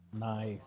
Nice